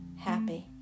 happy